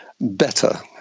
better